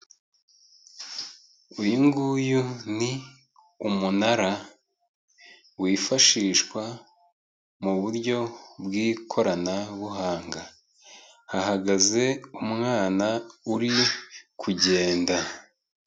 Uyu guyu ni umunara wifashishwa mu buryo bw'ikoranabuhanga. Hahagaze umwana uri kugenda.